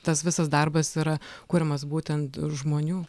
tas visas darbas yra kuriamas būtent žmonių